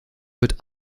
wird